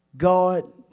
God